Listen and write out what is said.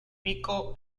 pico